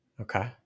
Okay